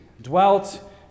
dwelt